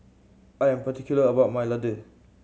I am particular about my laddu